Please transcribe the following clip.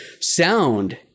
Sound